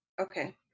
Okay